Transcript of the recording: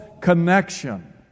connection